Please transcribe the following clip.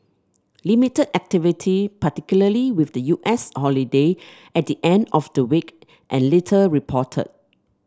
limited activity particularly with the U S holiday at the end of the week and little reported